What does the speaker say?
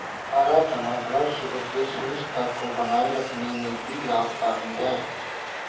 हरा चना ब्लडशुगर के सही स्तर को बनाए रखने में भी लाभकारी है